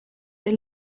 they